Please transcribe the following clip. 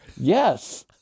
Yes